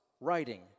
writing